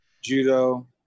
judo